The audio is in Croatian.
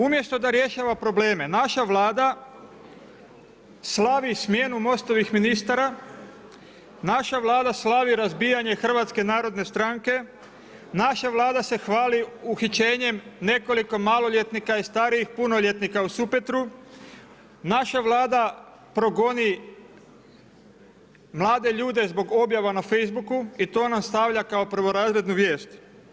Umjesto da rješava probleme naša Vlada slavi smjenu MOST-ovih ministara, naša Vlada slavi razbijanje Hrvatske narodne stranke, naša Vlada se hvali uhićenjem nekoliko maloljetnika i starijih punoljetnika u Supetru, naša Vlada progoni mlade ljude zbog objava na Facebooku i to nastavlja kao prvorazrednu vijest.